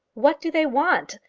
what do they want?